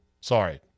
Sorry